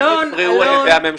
תמיד נפרעו על ידי הממשלה.